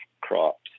crops